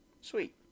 sweet